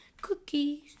Cookies